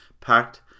packed